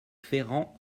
ferrand